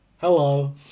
Hello